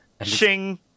Shing